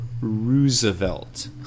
roosevelt